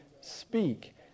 speak